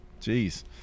Jeez